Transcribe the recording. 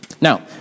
Now